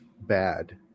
bad